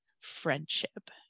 friendship